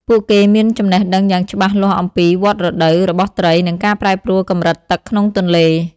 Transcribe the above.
ពួកគេមានចំណេះដឹងយ៉ាងច្បាស់លាស់អំពី វដ្តរដូវ របស់ត្រី និងការប្រែប្រួលកម្រិតទឹកក្នុងទន្លេ។